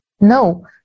No